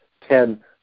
ten